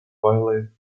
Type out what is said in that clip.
violet